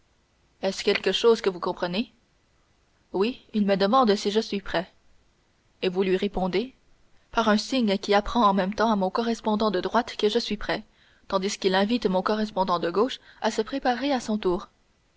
est-ce quelque chose que vous comprenez oui il me demande si je suis prêt et vous lui répondez par un signe qui apprend en même temps à mon correspondant de droite que je suis prêt tandis qu'il invite mon correspondant de gauche à se préparer à son tour